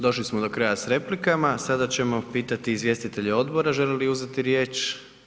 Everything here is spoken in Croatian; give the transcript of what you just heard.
Došli smo do kraja s replikama, sada ćemo pitati izvjestitelja odbora želi li uzeti riječ?